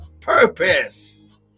purpose